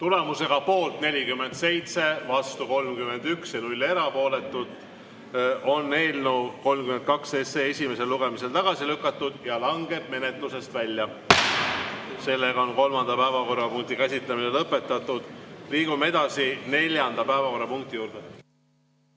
Tulemusega poolt 47, vastu 31 ja 0 erapooletut, on eelnõu 32 esimesel lugemisel tagasi lükatud ja langeb menetlusest välja. Sellega on kolmanda päevakorrapunkti käsitlemine lõpetatud. Liigume edasi neljanda päevakorrapunkti juurde.